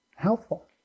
helpful